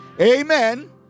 Amen